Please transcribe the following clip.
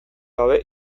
gabe